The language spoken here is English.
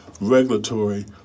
regulatory